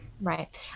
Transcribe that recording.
Right